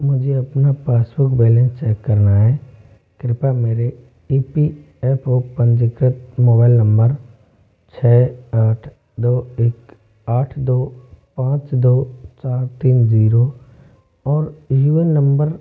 मुझे अपना passbook balance check करना है कृपया मेरे ई पी एफ ओ पंजीकृत मोबाईल नम्बर छः आठ दो एक आठ दो पाँच दो चार तीन ज़ीरो और इहिवन नम्बर